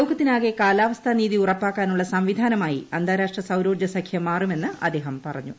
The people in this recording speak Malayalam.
ലോകത്തിനാകെ കാലാവസ്ഥ നീതി ഉറപ്പാക്കാനുള്ള സംവിധാനമായി അന്താരാഷ്ട്ര സൌരോർജ്ജ സഖ്യം മാറുമെന്ന് അദ്ദേഹം പറഞ്ഞു